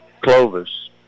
Clovis